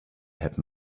happen